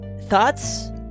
Thoughts